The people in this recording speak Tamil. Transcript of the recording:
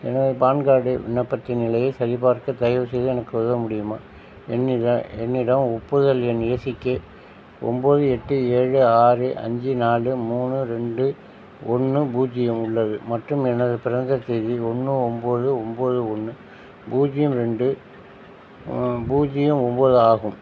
எனது பான் கார்டு விண்ணப்பத்தின் நிலையை சரிபார்க்க தயவுசெய்து எனக்கு உதவ முடியுமா என்னித என்னிடம் ஒப்புதல் எண் ஏ சி கே ஒம்போது எட்டு ஏழு ஆறு அஞ்சு நாலு மூணு ரெண்டு ஒன்று பூஜ்ஜியம் உள்ளது மற்றும் எனது பிறந்த தேதி ஒன்று ஒம்போது ஒம்போது ஒன்று பூஜ்ஜியம் ரெண்டு பூஜ்ஜியம் ஒம்போது ஆகும்